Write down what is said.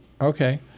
Okay